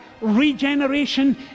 regeneration